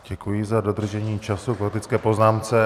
Děkuji za dodržení času k faktické poznámce.